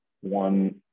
one